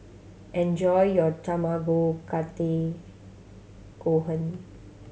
enjoy your Tamago Kake Gohan